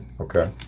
Okay